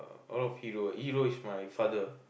a lot of hero hero is my father